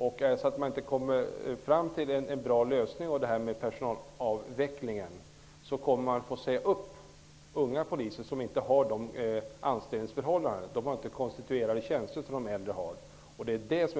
Om man inte kommer fram till en bra lösning när det gäller personalavvecklingen måste unga poliser som inte har konstituerade tjänster, vilket de äldre har, sägas